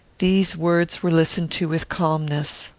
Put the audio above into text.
these words were listened to with calmness.